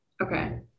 okay